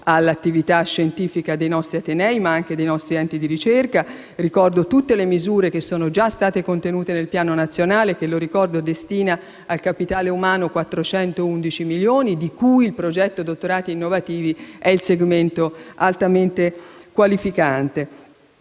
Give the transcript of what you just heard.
all'attività scientifica dei nostri atenei, ma anche dei nostri enti di ricerca. Ricordo tutte le misure che sono già state inserite nel Piano nazionale (che, lo ricordo, destina al capitale umano 411 milioni di euro), di cui il progetto Dottorati innovativi è il segmento altamente qualificante.